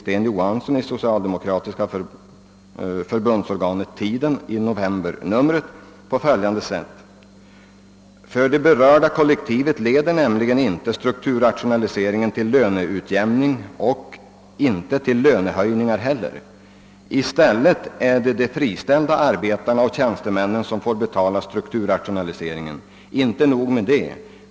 Sten Johansson i den socialdemokratiska partitidskriften Tiden i novembernumret 1967 på följande sätt: »För det berörda kollektivet leder nämligen strukturrationaliseringen inte till löneutjämning och inte till löneförhöjningar heller. I stället är det de friställda arbetarna och tjänstemännen som får betala strukturrationaliseringen. Inte nog med det.